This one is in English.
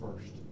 first